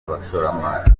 abashoramari